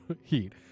heat